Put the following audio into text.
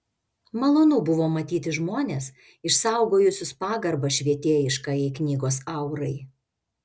malonu buvo matyti žmones išsaugojusius pagarbą švietėjiškajai knygos aurai